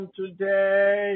today